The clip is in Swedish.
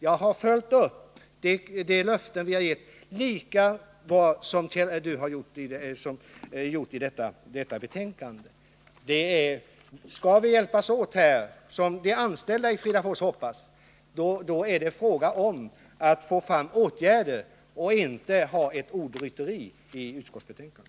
Jag har följt upp de löften vi har gett lika bra som han har gjort. Skall vi hjälpas åt, som de anställda i Fridafors hoppas, är det fråga om att få fram åtgärder, inte om att bedriva ett ordrytteri i utskottsbetänkandet.